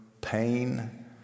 pain